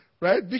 Right